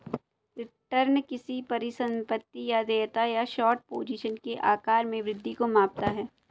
return किसी परिसंपत्ति या देयता या शॉर्ट पोजीशन के आकार में वृद्धि को मापता है